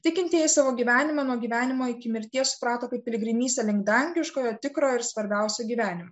tikintieji savo gyvenimą nuo gyvenimo iki mirties suprato kaip piligrimystę link dangiškojo tikro ir svarbiausio gyvenimo